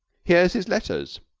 here's his letters.